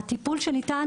הטיפול שניתן.